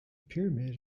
pyramid